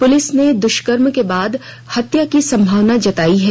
police ने दुष्कर्म के बाद हत्या की संभावना जताई है